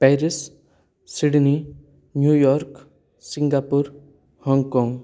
Paris Sydney New York Singapore Hong Kong